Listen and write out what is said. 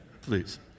please